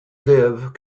live